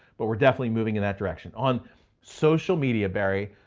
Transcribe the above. but we're definitely moving in that direction. on social media barry,